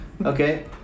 Okay